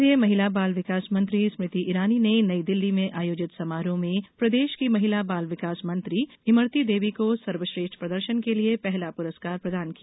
केन्द्रीय महिला बाल विकास मंत्री स्मृति ईरानी ने नई दिल्ली में आयोजित समारोह में प्रदेश की महिला बाल विकास मंत्री इमरती देवी को सर्वश्रेष्ठ प्रदर्शन के लिए पहला पुरस्कार प्रदान किया